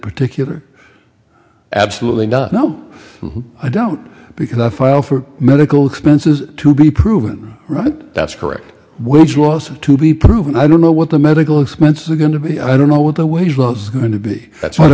particular absolutely does no i don't because i file for medical expenses to be proven right that's correct which was to be proven i don't know what the medical expenses are going to be i don't know what the wage laws are going to be that's what